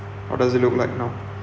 what does it look like now